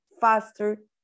faster